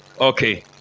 Okay